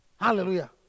Hallelujah